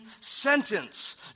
sentence